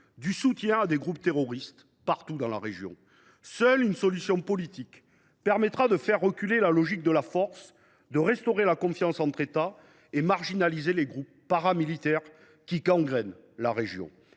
et soutient des groupes terroristes partout dans la région. Seule une solution politique permettra de faire reculer l’usage de la force, de rétablir la confiance entre les États et de marginaliser les groupes paramilitaires qui gangrènent cette zone.